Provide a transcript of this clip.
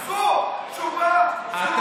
זאת תשובה, אתה